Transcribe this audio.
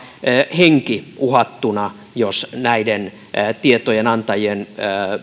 henki uhattuna jos näiden tietojen antajien